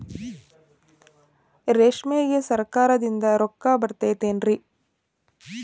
ರೇಷ್ಮೆಗೆ ಸರಕಾರದಿಂದ ರೊಕ್ಕ ಬರತೈತೇನ್ರಿ?